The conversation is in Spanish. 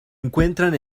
encuentran